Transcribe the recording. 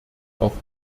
auf